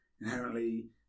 inherently